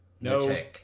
No